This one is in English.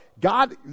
God